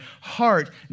heart